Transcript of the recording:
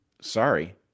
sorry